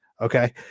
Okay